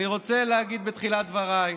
אני רוצה להגיד בתחילת דבריי: